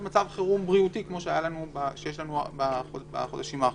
מצב חירום בריאותי כמו שיש לנו בחודשים האחרונים.